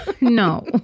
no